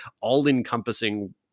all-encompassing